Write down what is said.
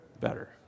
better